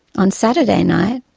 on saturday night,